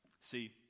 See